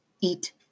eat